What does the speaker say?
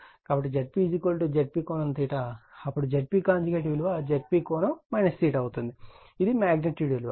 కాబట్టి Zp Zp ∠ అప్పుడు Zp విలువ Zp ∠ అవుతుంది ఇది మగ్నిట్యూడ్ విలువ